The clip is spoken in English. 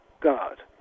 God